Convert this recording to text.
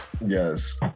Yes